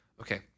Okay